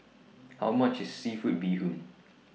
How much IS Seafood Bee Hoon